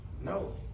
No